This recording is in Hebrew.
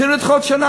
רוצים לדחות בשנה?